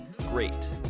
great